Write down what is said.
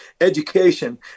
education